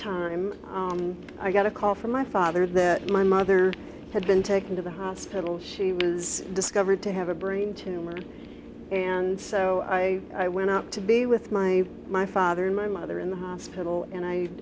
time i got a call from my father that my mother had been taken to the hospital she was discovered to have a brain tumor and so i went out to be with my my father and my mother in the hospital and i